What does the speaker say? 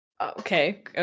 okay